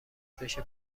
بشه